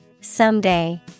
Someday